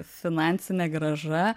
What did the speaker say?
finansinė grąža